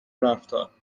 رفتار